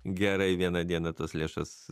gerai vieną dieną tos lėšos